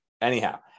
Anyhow